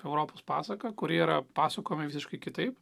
europos pasaką kuri yra pasakojama visiškai kitaip